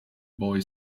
boy